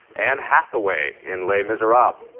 anne hathaway in les miserables,